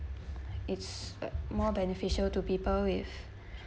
it's more beneficial to people with